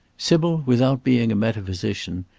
sybil, without being a metaphysician,